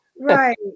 Right